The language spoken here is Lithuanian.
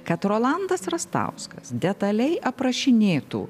kad rolandas rastauskas detaliai aprašinėtų